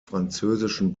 französischen